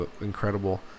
incredible